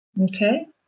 Okay